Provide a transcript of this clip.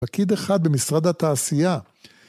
פקיד 1 במשרד התעשייה.